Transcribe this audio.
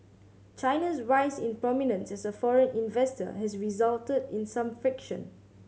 China's rise in prominence as a foreign investor has resulted in some friction